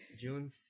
June